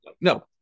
No